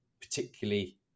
particularly